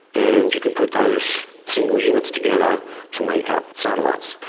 and you can put those single units together to make up satellites.